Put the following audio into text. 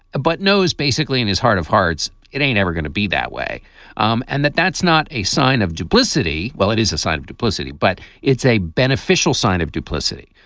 but knows basically in his heart of hearts it ain't ever gonna be that way um and that that's not a sign of duplicity? well, it is a sign of duplicity, but it's a beneficial sign of duplicity.